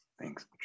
Thanks